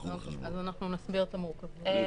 אז אנחנו נסביר את המורכבות.